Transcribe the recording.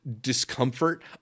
discomfort